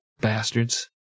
bastards